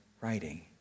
writing